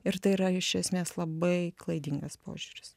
ir tai yra iš esmės labai klaidingas požiūris